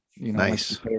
Nice